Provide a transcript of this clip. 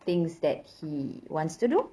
things that he wants to do